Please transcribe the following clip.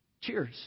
Cheers